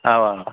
اَوا اَوا